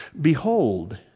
Behold